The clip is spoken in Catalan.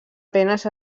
penes